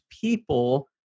people